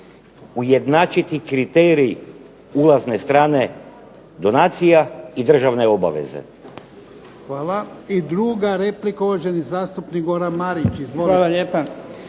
ujednačiti kriterij ulazne strane donacija i državne obaveze.